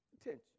attention